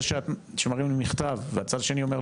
זה שמראים לי מכתב והצד השני אומר,